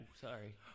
sorry